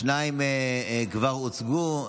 שתיים שכבר הוצגו.